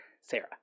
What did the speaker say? Sarah